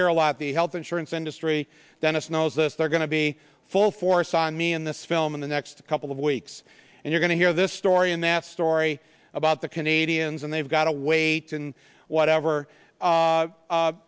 hear a lot of the health insurance industry dentist knows this they're going to be full force on me in this film in the next couple of weeks and you're going to hear this story and that story about the canadians and they've got to wait and whatever